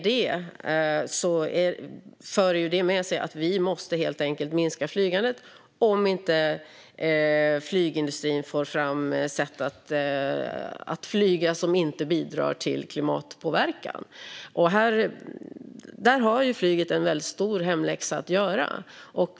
Det för med sig att vi helt enkelt måste minska flygandet om inte flygindustrin får fram sätt att flyga som inte bidrar till klimatpåverkan. Där har flyget en stor hemläxa att göra.